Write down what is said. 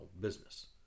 business